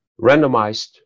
randomized